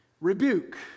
Rebuke